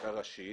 חקיקה ראשית